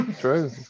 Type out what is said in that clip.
True